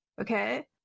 Okay